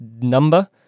number